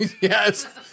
Yes